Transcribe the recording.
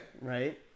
Right